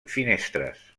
finestres